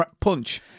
punch